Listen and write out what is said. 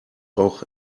auch